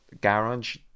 garage